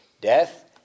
death